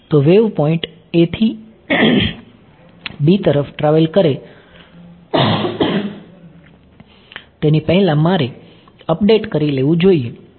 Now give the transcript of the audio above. તો wave point a થી b તરફ ટ્રાવેલ કરે તેની પહેલા મારે અપડેટ કરી લેવું જોઈએ